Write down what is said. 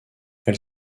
elle